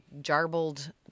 jarbled